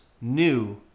new